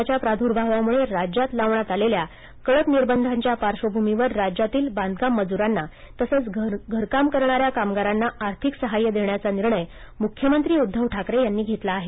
कोरोनाच्या प्रार्द्भावामुळे राज्यात लावण्यात आलेल्या कडक निर्बंधांच्या पार्श्वभूमीवर राज्यातील बांधकाम मजुरांना तसेच घरकाम करणार्या कामगारांना आर्थिक सहाय्य देण्याचा निर्णय मुख्यमंत्री उद्दव ठाकरे यांनी घेतला आहे